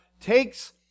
takes